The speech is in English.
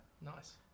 nice